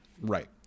Right